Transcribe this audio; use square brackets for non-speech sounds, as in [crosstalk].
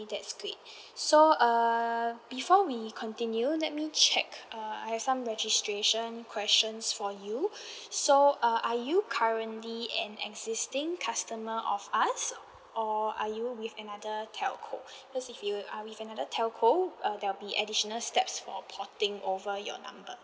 that's great [breath] so err before we continue let me check uh I have some registration questions for you [breath] so uh are you currently an existing customer of us or are you with another telco because if you are with another telco uh there will be additional steps for porting over your number